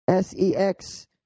sex